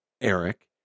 Eric